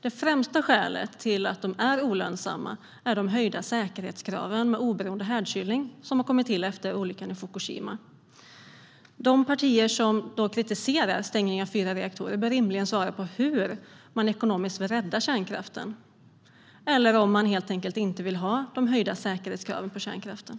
Det främsta skälet till att de är olönsamma är de höjda säkerhetskraven med oberoende härdkylning som har kommit till efter olyckan i Fukushima. De partier som kritiserar stängningen av de fyra reaktorerna bör rimligen svara på hur man ekonomiskt ska rädda kärnkraften eller om man helt enkelt inte vill ha de höjda säkerhetskraven på kärnkraften.